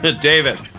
david